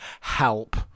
help